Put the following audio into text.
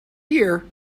here